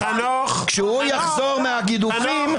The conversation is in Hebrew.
כשהוא יחזור מהגידופים,